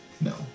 No